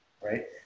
right